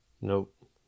nope